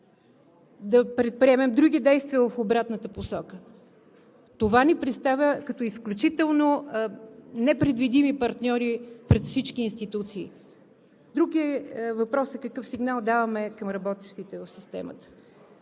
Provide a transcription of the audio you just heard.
да предприемем други действия в обратната посока. Това ни представя като изключително непредвидими партньори пред всички институции. Друг е въпросът какъв сигнал даваме към работещите в системата.